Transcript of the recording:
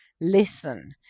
listen